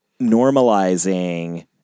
normalizing